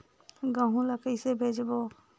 गहूं ला कइसे बेचबो?